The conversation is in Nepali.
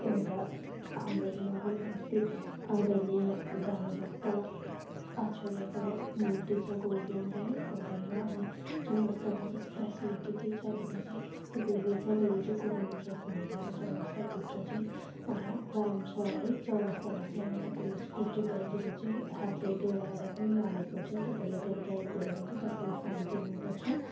एउटा हाम्रो महान व्यक्ति आदरणीय भानुभक्त आचर्यको मूर्ति छ गोल्डन है गोल्डनमा अनि चौरस्तामा चाहिँ स्पेसियालिटी के छ भन्दा चाहिँ त्यो भेकलहरू चाहिँ कुदाउनु सक्नु हुँदैन चौरस्ताभित्र चाहिँ अब ब्यान छ है चौरस्तामा चाहिँ अब तपाईँ स्कुटी बाइकहरू चाहिँ हातले डोराएर नै लानुपर्छ तपाईँले त्यहाँदेखि ड्राइभ गऱ्यो भने चाहिँ तपाईँले फाइन तिर्नुपर्छ